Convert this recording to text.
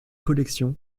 collection